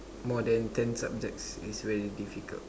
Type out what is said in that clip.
more than ten subjects is very difficult